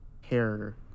hair